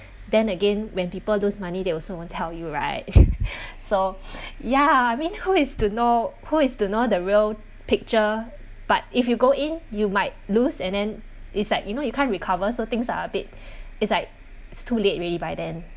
then again when people lose money they also won't tell you right so ya I mean who is to know who is to know the real picture but if you go in you might lose and then it's like you know you can't recover so things are a bit is like it's too late already by then